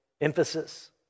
emphasis